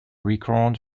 record